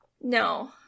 No